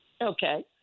Okay